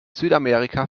südamerika